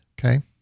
okay